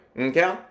Okay